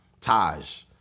Taj